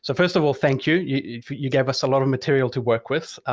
so first of all, thank you, you gave us a lot of material to work with.